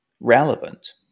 relevant